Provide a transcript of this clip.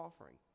offering